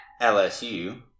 LSU